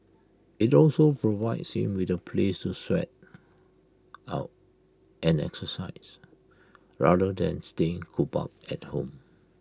IT also provides him with A place to sweat out and exercise rather than staying cooped up at home